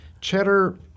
Cheddar